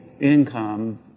income